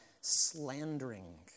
slandering